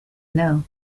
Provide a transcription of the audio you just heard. know